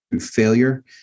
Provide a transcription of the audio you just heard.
failure